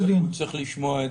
צריך לשמוע את